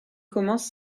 commence